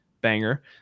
Banger